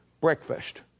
Breakfast